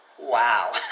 wow